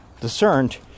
discerned